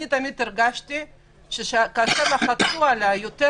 אני תמיד הרגשתי שכאשר לחצו עלי יותר